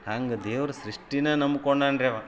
ಹಂಗೆ ದೇವ್ರ ಸೃಷ್ಟಿನೇ ನಂಬ್ಕೊಂಡಾನೆ ರೀ ಅವ